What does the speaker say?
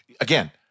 again